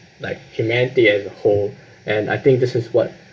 like humanity as a whole and I think this is what